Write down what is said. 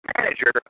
manager